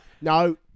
No